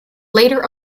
later